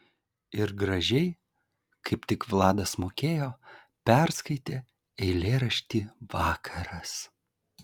ir gražiai kaip tik vladas mokėjo perskaitė eilėraštį vakaras